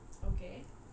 okay